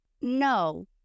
No